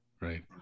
Right